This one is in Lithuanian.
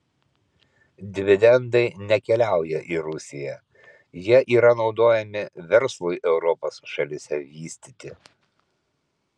dividendai nekeliauja į rusiją jie yra naudojami verslui europos šalyse vystyti